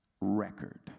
record